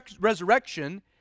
resurrection